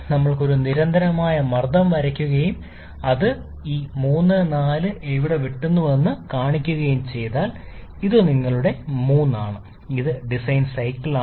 ഞങ്ങൾ ഒരു നിരന്തരമായ മർദ്ദം വരയ്ക്കുകയും അത് ഈ 3 4 വരി എവിടെ വെട്ടുന്നുവെന്ന് കാണുകയും ചെയ്താൽ ഇത് നിങ്ങളുടെ 3 'ആണ് ഇത് ഡിസൈൻ സൈക്കിൾ ആണ്